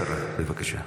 גברתי השרה, בבקשה.